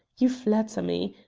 you flatter me.